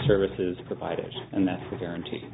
services providers and that's the guarantee